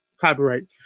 copyright